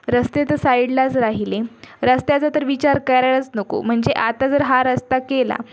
रस्ते तर साईडलाच राहिले रस्त्याचा तर विचार करायलाच नको म्हणजे आता जर हा रस्ता केला